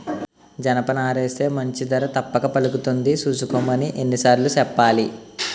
జనపనారేస్తే మంచి ధర తప్పక పలుకుతుంది సూసుకోమని ఎన్ని సార్లు సెప్పాలి?